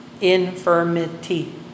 infirmity